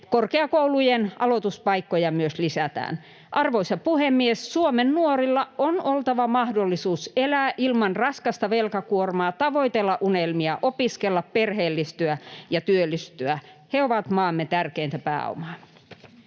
Korkeakoulujen aloituspaikkoja myös lisätään. Arvoisa puhemies! Suomen nuorilla on oltava mahdollisuus elää ilman raskasta velkakuormaa, tavoitella unelmia, opiskella, perheellistyä ja työllistyä. He ovat maamme tärkeintä pääomaa.